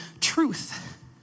truth